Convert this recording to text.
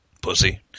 pussy